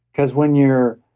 because when you're.